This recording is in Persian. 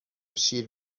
شیر